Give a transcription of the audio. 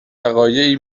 وقایعی